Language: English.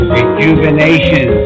Rejuvenation